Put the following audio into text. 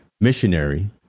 missionary